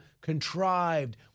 contrived